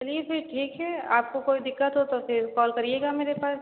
चलिए फिर ठीक है आपको कोई दिक़्क़त हो तो फिर कॉल करिएगा मेरे पास